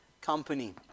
company